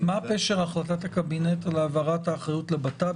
מה פשר החלטת הקבינט על העברת האחריות לבט"פ,